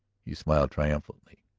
he smiled triumphantly.